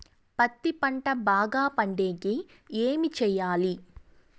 పత్తి పంట బాగా పండే కి ఏమి చెయ్యాలి?